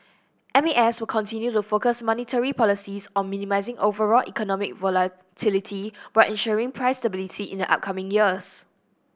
M A S will continue to focus monetary policies on minimising overall economic volatility while ensuring price stability in the coming years